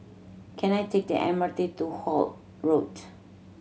can I take the M R T to Holt Road